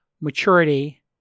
maturity